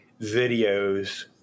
videos